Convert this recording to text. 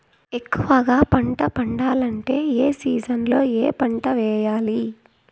ఎక్కువగా పంట పండాలంటే ఏ సీజన్లలో ఏ పంట వేయాలి